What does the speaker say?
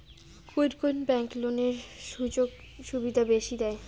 কুন কুন ব্যাংক লোনের সুযোগ সুবিধা বেশি দেয়?